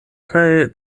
kaj